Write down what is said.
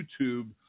youtube